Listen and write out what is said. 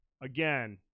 again